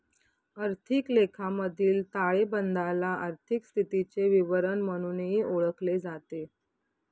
आर्थिक लेखामधील ताळेबंदाला आर्थिक स्थितीचे विवरण म्हणूनही ओळखले जाते